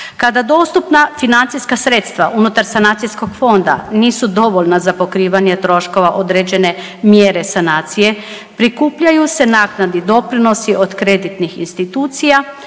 Kada dostupna financijska sredstva unutar sanacijskog fonda nisu dovoljna za pokrivanje troškova određene mjere sanacije, prikupljaju se naknadni doprinosi od kreditnih institucija